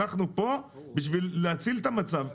אנחנו כאן בשביל להציל את המצב.